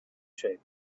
shape